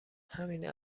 همین